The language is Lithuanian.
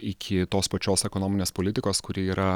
iki tos pačios ekonominės politikos kuri yra